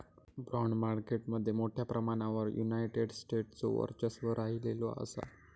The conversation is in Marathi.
बाँड मार्केट मध्ये मोठ्या प्रमाणावर युनायटेड स्टेट्सचो वर्चस्व राहिलेलो असा